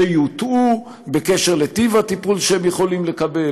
שיוטעו בקשר לטיב הטיפול שהם יכולים לקבל,